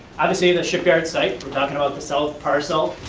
obviously the shipyard site. we're talking about the south parcel,